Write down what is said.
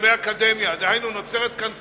לגבי האקדמיה, דהיינו נוצרת כאן כפילות.